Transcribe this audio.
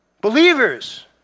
Believers